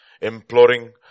imploring